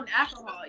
alcohol